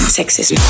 sexism